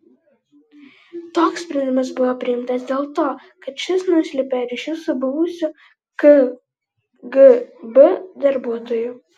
toks sprendimas buvo priimtas dėl to kad šis nuslėpė ryšius su buvusiu kgb darbuotoju